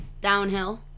Downhill